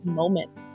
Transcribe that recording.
moment